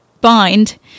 bind